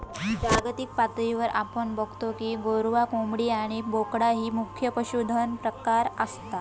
जागतिक पातळीवर आपण बगतो की गोरवां, कोंबडी आणि बोकडा ही मुख्य पशुधन प्रकार आसत